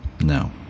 no